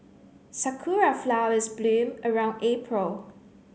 sakura flowers bloom around April